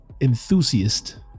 enthusiast